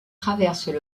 traversent